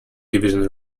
division